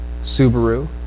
Subaru